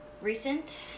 Recent